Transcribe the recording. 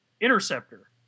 Interceptor